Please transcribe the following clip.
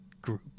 group